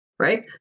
Right